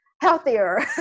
healthier